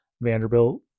Vanderbilt